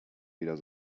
weder